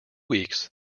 weeks